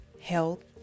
health